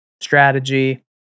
strategy